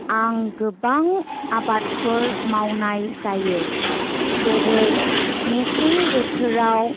आं गोबां आबादफोर मावनाय जायो जेरै मेसें बोथोराव